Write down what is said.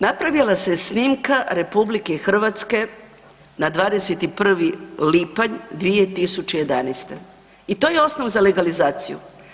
Napravila se snimka RH na 21. lipanj 2011. i to je osnov za legalizaciju.